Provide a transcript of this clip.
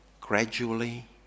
Gradually